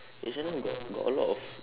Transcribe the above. H and M got got a lot of